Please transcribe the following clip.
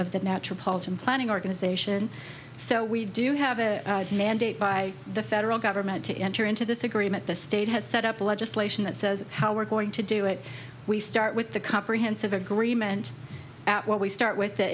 of the natural paulton planning organization so we do have a mandate by the federal government to enter into this agreement the state has set up legislation that says how we're going to do it we start with the comprehensive agreement that what we start with the